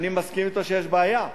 אני מסכים אתו שיש בעיה,